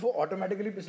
automatically